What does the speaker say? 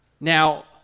Now